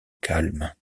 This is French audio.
calme